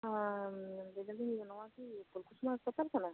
ᱞᱟᱹᱭᱮᱫᱟ ᱞᱤᱧ ᱱᱚᱣᱟ ᱠᱤ ᱯᱷᱩᱞᱠᱩᱥᱢᱟᱹ ᱦᱟᱥᱯᱟᱛᱟᱞ ᱠᱟᱱᱟ